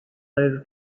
later